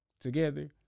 together